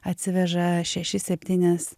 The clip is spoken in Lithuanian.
atsiveža šeši septynis